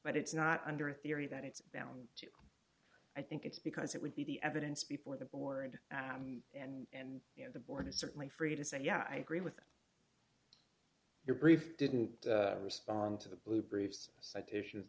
but it's not under a theory that it's down to i think it's because it would be the evidence before the board and you know the board is certainly free to say yeah i agree with their brief didn't respond to the blue bruce set issue